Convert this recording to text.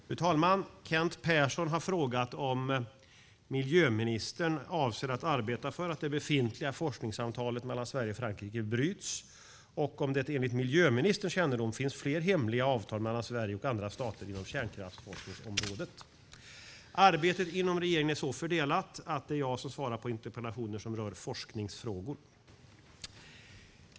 Fru talman! Kent Persson har frågat om miljöministern avser att arbeta för att det befintliga forskningsavtalet mellan Sverige och Frankrike bryts och om det enligt miljöministerns kännedom finns fler hemliga avtal mellan Sverige och andra stater inom kärnkraftsforskningsområdet. Arbetet inom regeringen är så fördelat att det är jag som svarar på interpellationer som rör forskningsfrågor.